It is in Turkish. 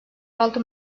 altı